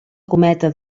cometa